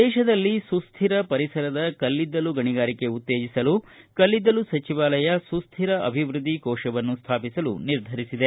ದೇಶದಲ್ಲಿ ಸುಸ್ಕಿರ ಪರಿಸರದ ಕಲ್ಲಿದ್ದಲು ಗಣಿಗಾರಿಕೆಉತ್ತೇಜಿಸಲು ಕಲ್ಲಿದ್ದಲು ಸಚಿವಾಲಯ ಸುಸ್ಕಿರ ಅಭಿವೃದ್ದಿ ಕೋಶವನ್ನು ಸ್ಥಾಪಿಸಲು ನಿರ್ಧರಿಸಿದೆ